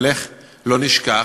אבל איך לא נשכח?